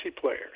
players